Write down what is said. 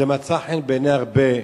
זה מצא חן בעיני הרבה,